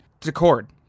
DeCord